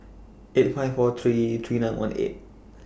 eight five four three three nine one eight